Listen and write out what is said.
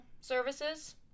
services